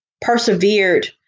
persevered